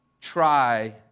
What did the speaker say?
try